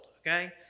okay